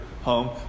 home